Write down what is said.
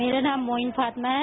मेरा नाम मोईन फातिमा है